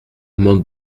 mode